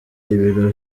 ibiro